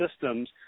systems